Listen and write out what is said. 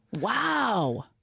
Wow